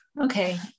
okay